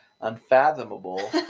Unfathomable